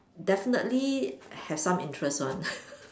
definitely have some interest one